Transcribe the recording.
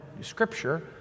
Scripture